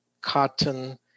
cotton